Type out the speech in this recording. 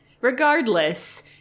Regardless